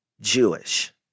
Jewish